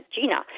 Gina